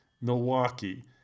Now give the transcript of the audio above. Milwaukee